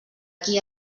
qui